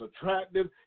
attractive